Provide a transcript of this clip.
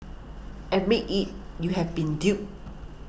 admit it you have been duped